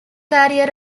career